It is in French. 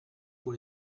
pour